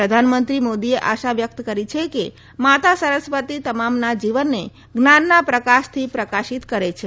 પ્રધાનમંત્રી નરેન્દ્ર મોદીએ આશા વ્યકત કરી છે કે માતા સરસ્વતી તમામના જીવનને જ્ઞાનના પ્રકાશથી પ્રકાશિત કરે છે